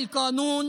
את החוק הזה